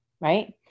Right